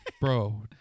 bro